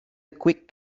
quick